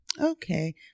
okay